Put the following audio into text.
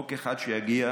חוק אחד שיגיע,